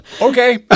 Okay